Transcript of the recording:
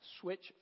switch